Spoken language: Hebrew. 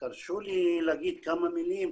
תרשו לי להגיד כמה מילים.